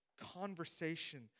conversation